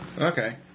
Okay